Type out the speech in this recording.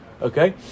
okay